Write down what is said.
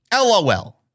LOL